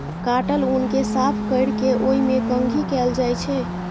काटल ऊन कें साफ कैर के ओय मे कंघी कैल जाइ छै